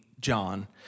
John